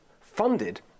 funded